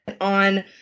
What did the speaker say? on